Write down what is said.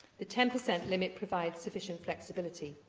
the ten per cent limit provides sufficient flexibility.